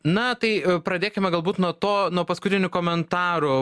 na tai pradėkime galbūt nuo to nuo paskutinių komentarų